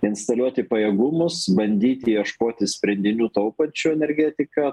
instaliuoti pajėgumus bandyti ieškoti sprendinių taupančių energetiką